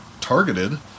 targeted